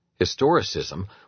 Historicism